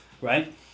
right